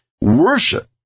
Worship